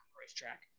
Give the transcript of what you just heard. racetrack